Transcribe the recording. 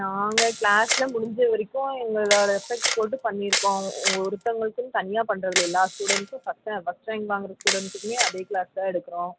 நாங்கள் க்ளாஸில் முடிஞ்ச வரைக்கும் எங்களோட எஃபக்ட் போட்டு பண்ணிருக்கோம் ஓ ஒருத்தவங்களுக்குன்னு தனியாக பண்ணுறது இல்லை எல்லா ஸ்டூடண்ட்ஸும் ஃபர்ஸ்ட் ரா ஃபர்ஸ்ட் ரேங்க் வாங்கற ஸ்டூடண்ட்ஸுக்குமே அதே க்ளாஸ் தான் எடுக்கறோம்